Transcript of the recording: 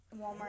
Walmart